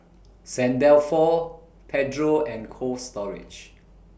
Saint Dalfour Pedro and Cold Storage